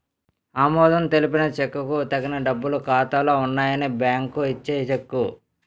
ఆమోదం తెలిపిన చెక్కుకు తగిన డబ్బులు ఖాతాలో ఉన్నాయని బ్యాంకు ఇచ్చే చెక్కు